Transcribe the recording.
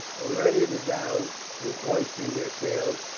already the dhows were hoisting their sails,